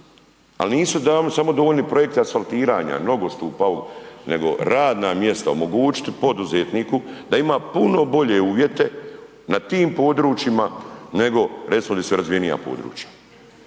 Ali nisu samo dovoljni projekti asfaltiranja, nogostupa, nego radna mjesta. Omogućiti poduzetniku da ima puno bolje uvjete na tim područjima, nego recimo gdje su razvijena područja